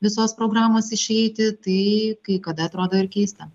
visos programos išeiti tai kai kada atrodo ir keista